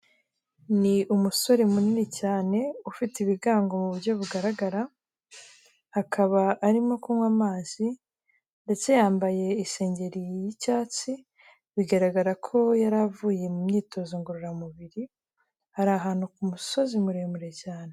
Ni umusore munini cyane ufite ibigango mu buryo bugaragara akaba arimo kunywa amazi ndetse yambaye isengeri y'icyatsi bigaragara ko yari avuye mu myitozo ngororamubiri, ari ahantu ku musozi muremure cyane.